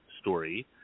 story